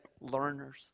learners